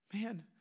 Man